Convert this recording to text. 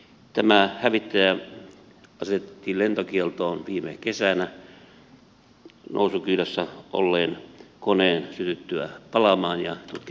tämä hävittäjä asetettiin lentokieltoon viime kesänä nousukiidossa olleen koneen sytyttyä palamaan ja tutkimukset siitä jatkuvat